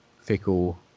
fickle